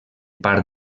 part